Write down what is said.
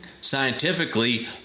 scientifically